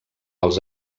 els